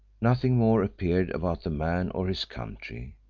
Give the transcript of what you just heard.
nothing more appeared about the man or his country,